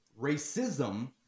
Racism